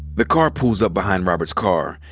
the car pulls up behind robert's car,